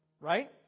right